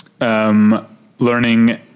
Learning